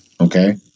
okay